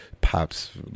pops